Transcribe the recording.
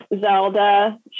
Zelda